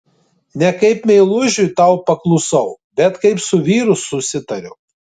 ne kaip meilužiui tau paklusau bet kaip su vyru susitariau